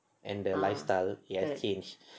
and the lifestyle it has changed